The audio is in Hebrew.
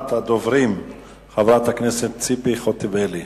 אחרונת הדוברים, חברת הכנסת ציפי חוטובלי.